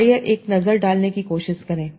तो आइए हम एक नज़र डालने की कोशिश करें